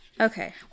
Okay